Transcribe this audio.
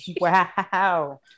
wow